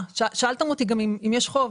שאלתם אותי אם יש חוב.